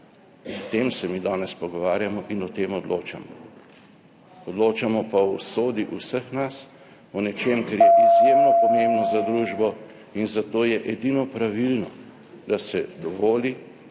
O tem se mi danes pogovarjamo in o tem odločamo. Odločamo pa o usodi vseh nas, o nečem, kar je izjemno pomembno za družbo, in zato je edino pravilno, da se dovoli,